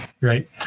right